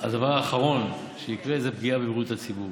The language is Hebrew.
האחרון שיקרה זה פגיעה בבריאות הציבור.